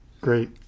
great